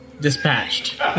dispatched